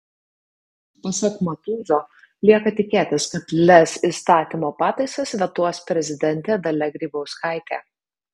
pasak matuzo lieka tikėtis kad lez įstatymo pataisas vetuos prezidentė dalia grybauskaitė